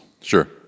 Sure